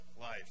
life